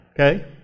okay